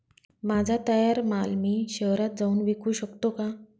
माझा तयार माल मी शहरात जाऊन विकू शकतो का?